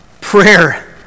prayer